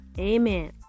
Amen